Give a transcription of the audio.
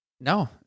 No